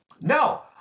No